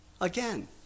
Again